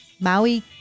Maui